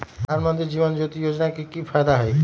प्रधानमंत्री जीवन ज्योति योजना के की फायदा हई?